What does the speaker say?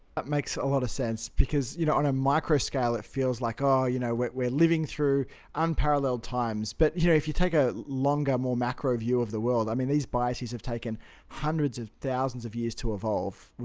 but makes a lot of sense. because you know on a micro scale, it feels like, oh, you know, we're we're living through unparalleled times. but yeah if you take a longer, more macro view of the world, i mean, these biases have taken hundreds of thousands of years to evolve.